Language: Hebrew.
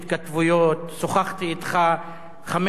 שוחחתי אתך חמש-שש פעמים,